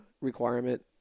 requirement